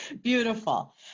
Beautiful